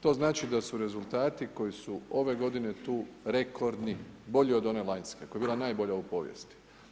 To znači da su rezultati koji su ove godine tu rekordni, bolji od one lanjske koja je bila najbolja u povijesti.